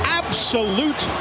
absolute